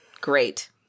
great